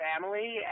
family